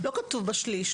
לא כתוב בשליש,